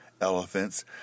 elephants